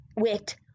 wit